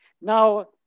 Now